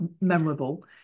memorable